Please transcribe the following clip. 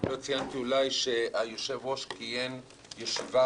לא ציינתי שהיושב-ראש קיים ישיבת